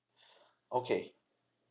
okay